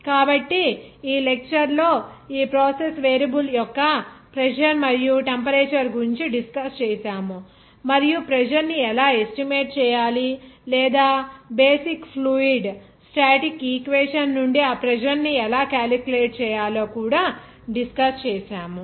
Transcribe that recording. కాబట్టి ఈ లెక్చర్ లో ఈ ప్రాసెస్ వేరియబుల్ యొక్క ప్రెజర్ మరియు టెంపరేచర్ గురించి డిస్కస్ చేసాము మరియు ప్రెజర్ ని ఎలా ఎస్టిమేట్ చేయాలి లేదా బేసిక్ ఫ్లూయిడ్ స్టాటిక్ ఈక్వేషన్ నుండి ఆ ప్రెజర్ ని ఎలా క్యాలిక్యులేట్ చేయాలో కూడా డిస్కస్ చేసాము